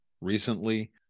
recently